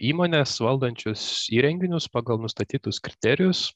įmonės valdančios įrenginius pagal nustatytus kriterijus